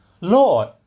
Lord